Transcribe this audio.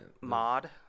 Mod